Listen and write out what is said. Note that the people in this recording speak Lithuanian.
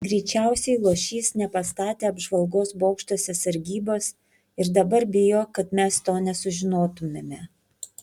greičiausiai luošys nepastatė apžvalgos bokštuose sargybos ir dabar bijo kad mes to nesužinotumėme